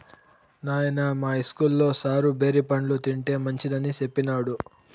నాయనా, మా ఇస్కూల్లో సారు బేరి పండ్లు తింటే మంచిదని సెప్పినాడు